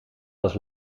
was